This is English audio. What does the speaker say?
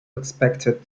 expected